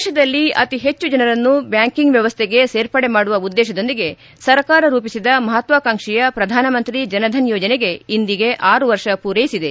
ದೇಶದಲ್ಲಿ ಅತಿ ಹೆಚ್ಚು ಜನರನ್ನು ಬ್ವಾಂಕಿಂಗ್ ವ್ಯವಸ್ಥೆಗೆ ಸೇರ್ಪಡೆ ಮಾಡುವ ಉದ್ದೇಶದೊಂದಿಗೆ ಸರ್ಕಾರ ರೂಪಿಸಿದ ಮಹತ್ವಾಕಾಂಕ್ಷಯ ಪ್ರಧಾನಮಂತ್ರಿ ಜನ್ಧನ್ ಯೋಜನೆಗೆ ಇಂದಿಗೆ ಆರು ವರ್ಷ ಪೂರೈಸಿದೆ